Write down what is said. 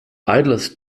idols